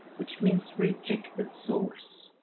which means rejected souls.